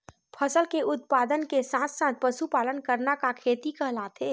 फसल के उत्पादन के साथ साथ पशुपालन करना का खेती कहलाथे?